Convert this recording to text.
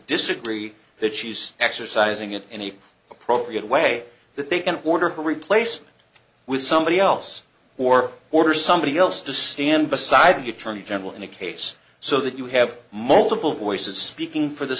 disagree that she's exercising it any appropriate way that they can order her replacement with somebody else or order somebody else to stand beside the attorney general in a case so that you have multiple voices speaking for the